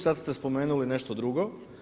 Sad ste spomenuli nešto drugo.